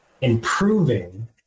improving